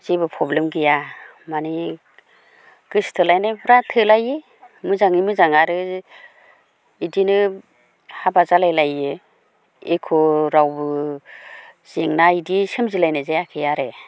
जेबो प्रब्लेम गैया माने गोसथोलायनायफ्रा थोलायो मोजाङै मोजां आरो इदिनो हाबा जालायलायो एख' रावबो जेंना इदि सोमजिलायनाय जायाखै आरो